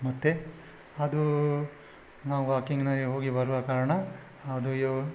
ಮತ್ತೆ ಅದು ನಾವು ವಾಕಿಂಗ್ನಲ್ಲಿ ಹೋಗಿ ಬರುವ ಕಾರಣ ಅದು ಯೊ